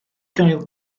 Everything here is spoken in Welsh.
gael